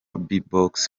bbox